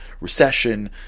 recession